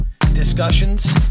discussions